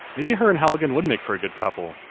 maybe her and halligan would make for a good couple,